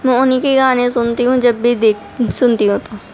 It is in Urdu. میں اُنہی کے گانے سُنتی ہوں جب بھی دیکھ سُنتی ہوں تو